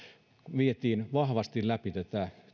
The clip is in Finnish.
vietiin vahvasti läpi tätä